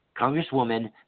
Congresswoman